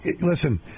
Listen